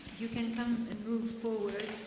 you can come and move forward.